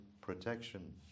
protection